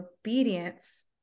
obedience